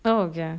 oh okay